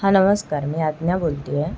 हां नमस्कार मी आज्ञा बोलत आहे